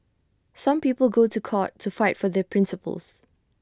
some people go to court to fight for their principles